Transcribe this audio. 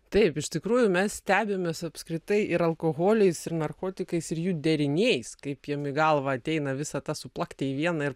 taip iš tikrųjų mes stebimės apskritai ir alkoholiais ir narkotikais ir jų deriniais kaip jiem į galvą ateina visą tą suplakti į vieną ir